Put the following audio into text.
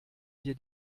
wir